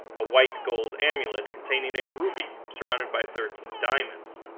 a white gold amulet containing a ruby surrounded by thirteen diamonds.